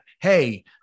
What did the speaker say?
hey